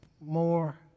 more